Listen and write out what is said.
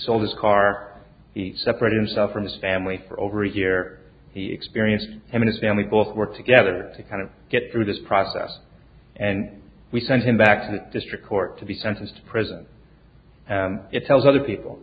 sold his car he separated himself from his family for over a year he experienced having a family both work together to kind of get through this process and we sent him back to the district court to be sentenced to prison and it tells other people